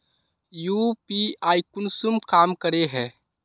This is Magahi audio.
यु.पी.आई कुंसम काम करे है?